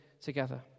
together